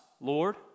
Lord